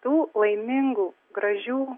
tų laimingų gražių